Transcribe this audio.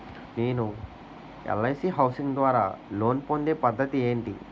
నేను LIC housing ద్వారా loan పొందే పద్ధతి ఏంటి?